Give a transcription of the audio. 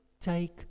take